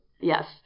Yes